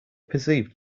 perceived